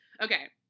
Okay